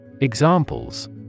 Examples